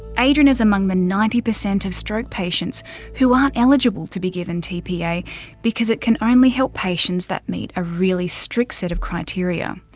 adrian is among the ninety percent of stroke patients who aren't eligible to be given tpa because it can only help patients that meet a really strict set of criteria,